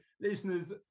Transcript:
listeners